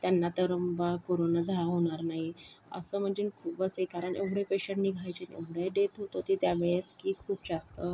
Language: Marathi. त्यांना तर बा करोना झा होणार नाही असं म्हणजे खूपच हे कारण एवढे पेशंट निघायचे एवढे डेथ होत होती त्यावेळेस की खूप जास्त